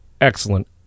excellent